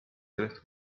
sellest